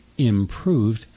Improved